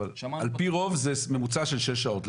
אבל על פי רוב זה ממוצע של שש שעות.